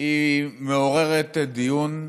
מעוררת דיון.